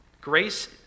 Grace